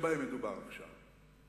שבהם מדובר עכשיו,